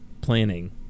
planning